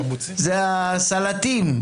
זה הסלטים.